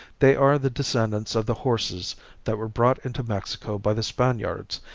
they are the descendants of the horses that were brought into mexico by the spaniards,